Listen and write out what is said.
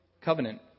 Covenant